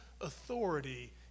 Authority